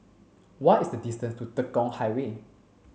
what is the distance to Tekong Highway